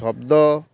ଶବ୍ଦ